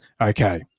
Okay